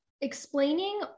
explaining